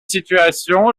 situations